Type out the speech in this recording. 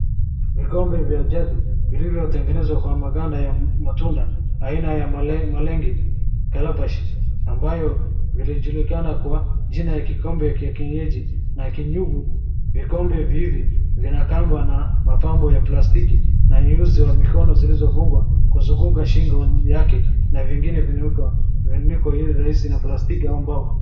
Vikombe vya jadi, vilivyotengenezwa kwa maganda ya matunda aina ya malenge calabash ambayo zilijulikana kwa jina ya kikombe cha kienyeji na kinyungu, vikombe hivi vimekambwa na mapambo ya plastiki na nyuzi za mikono zilizofungwa kuzunguka shingo yake na vingine vimewekwa ile rahisi na plastiki au mbao.